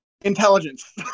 intelligence